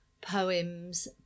poems